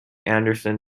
anderson